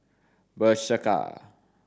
Bershka